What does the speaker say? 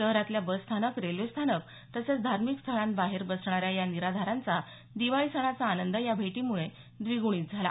शहरातल्या बसस्थानक रेल्वेस्थानक तसंच धार्मिक स्थळांबाहेर बसणाऱ्या या निराधारांचा दिवाळी सणाचा आनंद या भेटीमुळे द्विग्गणीत झाला